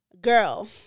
girl